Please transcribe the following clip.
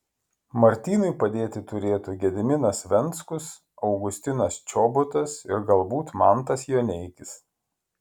martynui padėti turėtų gediminas venckus augustinas čobotas ir galbūt mantas joneikis